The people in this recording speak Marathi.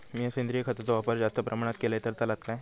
मीया सेंद्रिय खताचो वापर जास्त प्रमाणात केलय तर चलात काय?